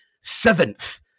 seventh